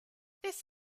this